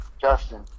Justin